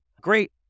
great